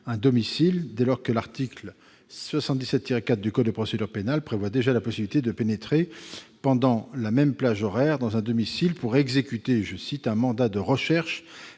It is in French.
un domicile dès lors que l'article 77-4 du code de procédure pénale prévoit déjà la possibilité de pénétrer pendant la même plage horaire dans un domicile pour exécuter un mandat de recherche